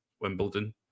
Wimbledon